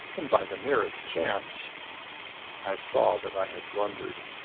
and by the merest chance i saw that i had blundered.